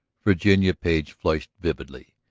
virginia page flushed vividly.